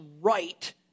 right